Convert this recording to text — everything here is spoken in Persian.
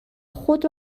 خود